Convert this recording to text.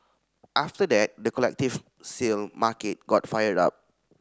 after that the collective sale market got fired up